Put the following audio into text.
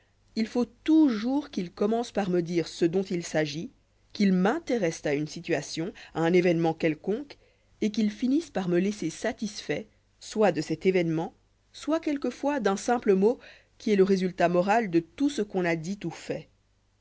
il faut toujours qu'ils commencent par me dire ce dont il s'agit qu'ils m'intéressent à une situation à un événement quelconque et qu'ils finissent par me laisser satisfait soit de cet événement soit quelquefois d'un simple mot qui est le résultat moral de tout ce qu'on a dit ou fait